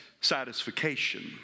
satisfaction